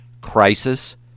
crisis